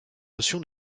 notion